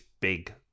big